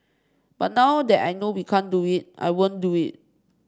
but now that I know we can't do it I won't do it